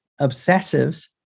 obsessives